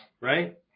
right